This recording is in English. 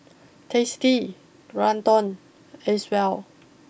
tasty Geraldton Acwell